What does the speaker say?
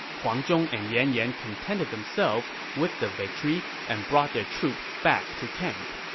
huang zhong and yan yan contented themselves with the victory and brought their troops back to camp